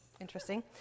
interesting